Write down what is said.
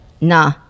Nah